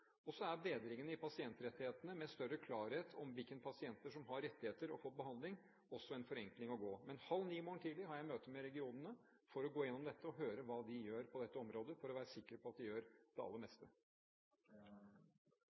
også en forenkling. Men halv ni i morgen tidlig har jeg møte med regionene for å gå igjennom dette og høre hva de gjør på dette området, og for å være sikker på at de gjør det aller